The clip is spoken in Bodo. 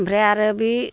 ओमफ्राय आरो बे